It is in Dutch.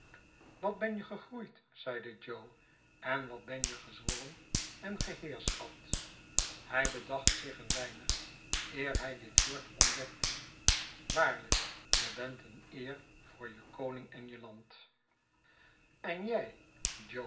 wat ben je gegroeid zeide jo en wat ben je gezwollen en geheerschapt hij bedacht zich een weinig eer hij dit woord ontdekte waarlijk je bent een eer voor jekoning en je land oboote verwachtingen en jij